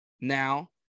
Now